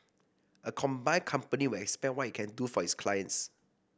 a combined company would expand what it can do for its clients